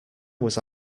was